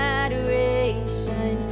adoration